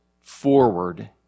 forward